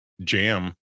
jam